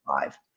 Five